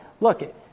look